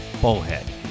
bullhead